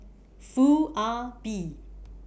Foo Ah Bee